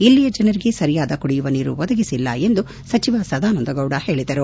ಇಲ್ಲಿಯ ಜನರಿಗೆ ಸರಿಯಾದ ಕುಡಿಯುವ ನೀರು ಒದಗಿಸಿಲ್ಲ ಎಂದು ಸಚಿವರ ಸದಾನಂದಗೌಡ ಹೇಳಿದರು